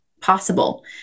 possible